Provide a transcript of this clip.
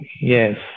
yes